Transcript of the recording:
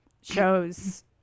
shows